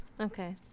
Okay